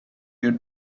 your